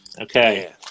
Okay